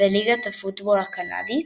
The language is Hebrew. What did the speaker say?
וליגת הפוטבול הקנדית,